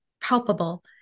palpable